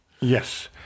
Yes